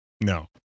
no